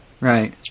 right